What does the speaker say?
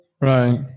Right